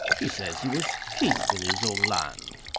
he says he was king in his own land.